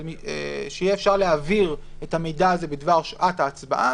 שיהיה אפשר להעביר את המידע הזה בדבר שעת ההצבעה